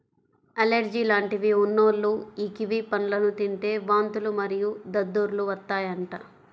allergy లాంటివి ఉన్నోల్లు యీ కివి పండ్లను తింటే వాంతులు మరియు దద్దుర్లు వత్తాయంట